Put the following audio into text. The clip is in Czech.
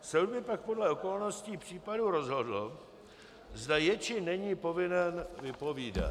Soud by pak podle okolností případu rozhodl, zda je, či není povinen vypovídat.